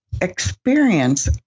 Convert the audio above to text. experience